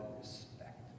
respect